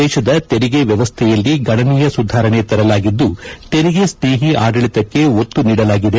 ದೇಶದ ತೆರಿಗೆ ವ್ಲವಸ್ಥೆಯಲ್ಲಿ ಗಣನೀಯ ಸುಧಾರಣೆ ತರಲಾಗಿದ್ದು ತೆರಿಗೆ ಸ್ನೇಹಿ ಆಡಳಿತಕ್ಕೆ ಒತ್ತು ನೀಡಲಾಗಿದೆ